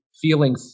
feeling